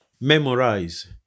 Memorize